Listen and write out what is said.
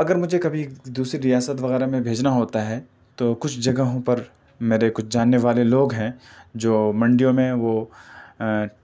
اگر مجھے کبھی دوسری ریاست وغیرہ میں بھیجنا ہوتا ہے تو کچھ جگہوں پر میرے کچھ جاننے والے لوگ ہیں جو منڈیوں میں وہ